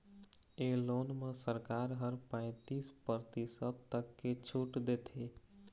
ए loan म सरकार ह पैतीस परतिसत तक के छूट देथे